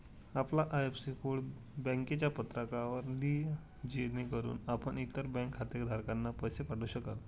आपला IFSC code बँकेच्या पत्रकावर लिहा जेणेकरून आपण इतर बँक खातेधारकांना पैसे पाठवू शकाल